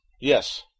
Yes